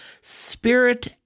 spirit